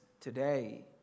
today